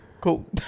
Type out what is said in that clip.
Cool